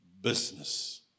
business